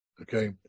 Okay